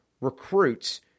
recruits